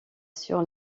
sur